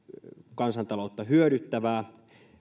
kansantaloutta hyödyttävää